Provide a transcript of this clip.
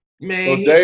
Man